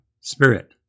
Spirit